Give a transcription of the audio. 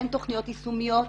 אין תוכניות יישומיות.